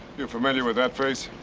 you familiar with that face?